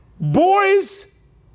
boys